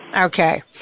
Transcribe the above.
Okay